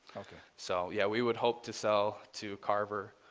okay. so yeah, we would hope to sell to carver